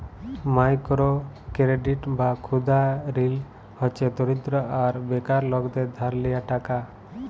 micro credit বা ক্ষুদা ঋল হছে দরিদ্র আর বেকার লকদের ধার লিয়া টাকা